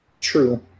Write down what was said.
True